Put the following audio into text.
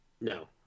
No